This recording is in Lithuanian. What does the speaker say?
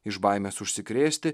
iš baimės užsikrėsti